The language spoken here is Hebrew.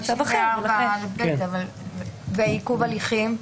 ועיכוב הליכים?